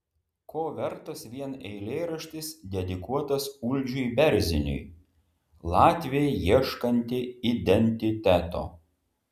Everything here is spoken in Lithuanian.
ko vertas vien eilėraštis dedikuotas uldžiui berziniui latvė ieškanti identiteto